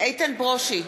איתן ברושי,